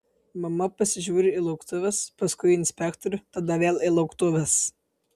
mama pasižiūri į lauktuves paskui į inspektorių tada vėl į lauktuves